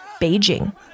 Beijing